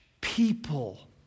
people